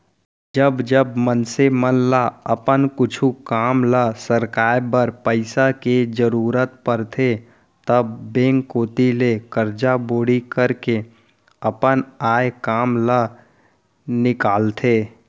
जब जब मनसे मन ल अपन कुछु काम ल सरकाय बर पइसा के जरुरत परथे तब बेंक कोती ले करजा बोड़ी करके अपन आय काम ल निकालथे